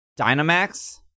Dynamax